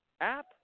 App